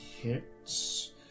hits